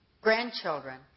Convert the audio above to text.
grandchildren